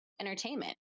entertainment